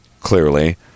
clearly